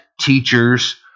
teachers